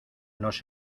nos